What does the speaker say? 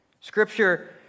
Scripture